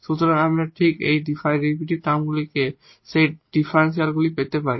সুতরাং আমরা ঠিক সেই ডেরিভেটিভ টার্মগুলোকে সেই ডিফারেনশিয়ালগুলো পেতে পারি